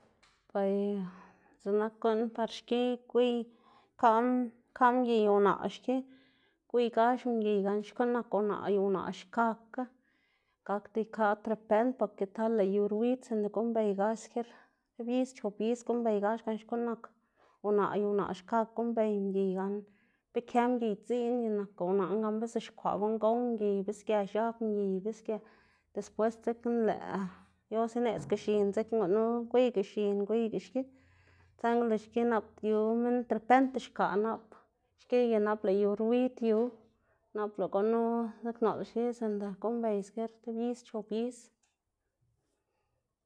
bay dzi'k nak gu'n par xki gwiy ika' ika' mgiy una' xki, gwiygax mgiy gan xku'n nak una' y una' xkakga, gakda ika' trepend poke tal lë' yu ruid, sinda guꞌnnbeygax sker tib is chop is guꞌnnbeygax gan xkuꞌn nak unaꞌ y unaꞌ xkakga guꞌnnbey mgiy gan be mgiy dziꞌn y nakga unaꞌna gan be zixkwaꞌ guꞌn gow mgiy y be sge x̱ab mgiy be xge, después dzekna lëꞌ dios ineꞌdzga x̱in gunu gwiyga x̱in gwiyga xki, saꞌnga lëꞌ xki nap yu minn terpente xkaꞌ nap xki y nap lëꞌ yu ruid yu, nap lëꞌ gunu xki sinda guꞌnnbey seker tib is chop is.